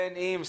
בין אם,